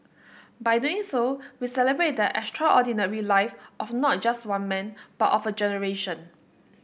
by doing so we celebrate the extraordinary life of not just one man but of a generation